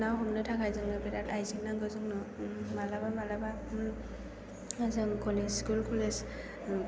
ना हमनो थाखाय जोंनो बेराद आइजें नांगौ जोंनो माब्लाबा माब्लाबा जों कलेज स्कुल कलेज